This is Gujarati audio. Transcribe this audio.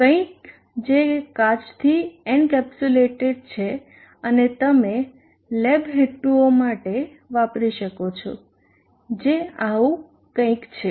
કંઈક કે જે કાચથી એન્કેપ્સ્યુલેટેડ છે અને તમે લેબ હેતુઓ માટે વાપરી શકો છો જે આ આવું કંઈક છે